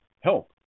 Help